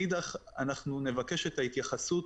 מאידך, אנחנו נבקש את ההתייחסות